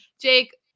Jake